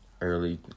early